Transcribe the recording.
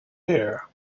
ear